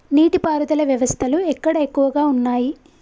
నీటి పారుదల వ్యవస్థలు ఎక్కడ ఎక్కువగా ఉన్నాయి?